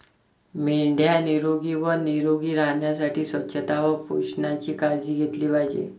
मेंढ्या निरोगी व निरोगी राहण्यासाठी स्वच्छता व पोषणाची काळजी घेतली पाहिजे